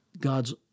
God's